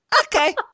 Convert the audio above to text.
okay